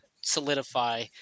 solidify –